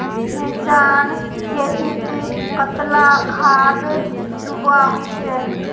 मिर्चान खेतीत कतला खाद दूबा होचे?